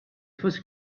first